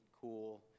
cool